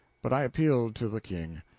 but i appealed to the king.